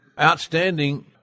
outstanding